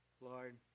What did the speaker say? lord